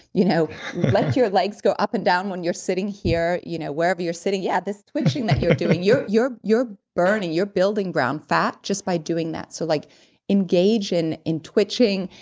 you know let your legs go up and down when you're sitting here, you know wherever you're sitting. yeah, this twitching that you're doing, you're you're burning, you're building ground fat just by doing that. so like engage in in twitching,